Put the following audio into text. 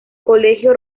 colegio